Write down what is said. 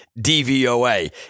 DVOA